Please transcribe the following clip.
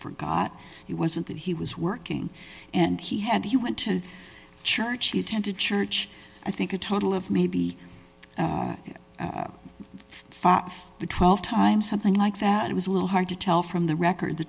forgot he wasn't that he was working and he had he went to church he attended church i think a total of maybe far off the twelve time something like that it was a little hard to tell from the record the